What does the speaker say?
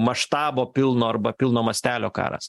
maštabo pilno arba pilno mastelio karas